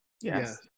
Yes